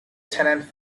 tenant